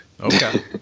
Okay